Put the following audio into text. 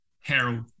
Harold